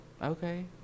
Okay